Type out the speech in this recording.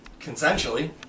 Consensually